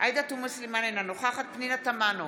עאידה תומא סלימאן, אינה נוכחת פנינה תמנו,